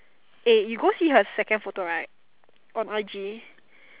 eh you go see her second photo right on I_G